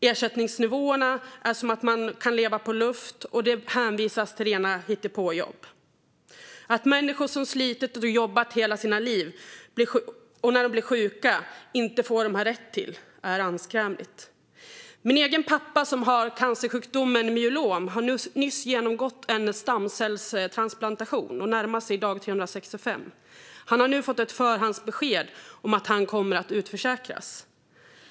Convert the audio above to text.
Ersättningsnivåerna är som att man kan leva på luft, och det hänvisas till rena hittepåjobb. Att människor som slitit och jobbat hela livet inte får vad de har rätt till när de blir sjuka är anskrämligt. Min egen pappa har cancersjukdomen myelom. Han har nyss genomgått en stamcellstransplantation och närmar sig dag 365. Han har nu fått ett förhandsbesked om att han kommer att utförsäkras.